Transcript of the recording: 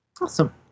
Awesome